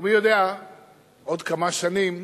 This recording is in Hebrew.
ומי יודע אולי בעוד כמה שנים